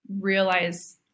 realize